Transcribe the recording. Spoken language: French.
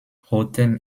rotem